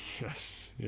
yes